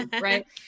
right